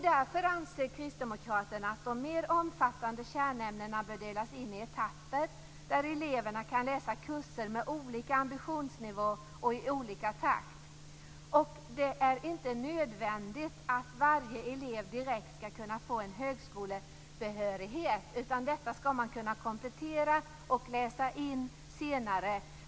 Därför anser Kristdemokraterna att de mer omfattande kärnämnena bör delas in i etapper, där eleverna kan läsa kurser med olika ambitionsnivå och i olika takt. Det är inte nödvändigt att varje elev direkt skall kunna få högskolebehörighet. Detta skall man kunna komplettera och läsa in senare.